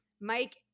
Mike